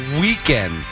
weekend